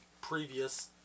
previous